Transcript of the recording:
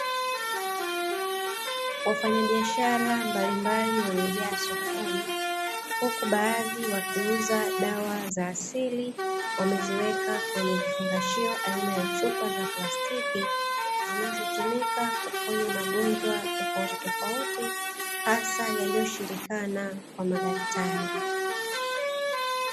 Wafanya biashara mbalimbali wamejaa sokoni huku baadhi wakiuza dawa za asili wameziweka kwenye vifungashioa aina ya chupa za plastiki zanazotumika kuponya magonjwa tofautitofauti hasa yalioshindikana kwa madaktari.